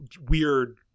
weird